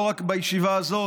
לא רק בישיבה הזאת,